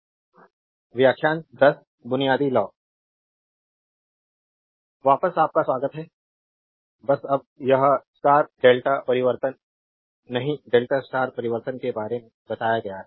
electrical engineering के बुनियादी ढांचे prof Debapriya Das electrical engineering विभाग भारतीय प्रौद्योगिकी संस्थान खड़गपुर व्याख्यान 10 बुनियादी लॉ Contd वापस आपका स्वागत है बस अब यह स्टार डेल्टा परिवर्तन नहीं डेल्टा स्टार परिवर्तन के बारे में बताया गया है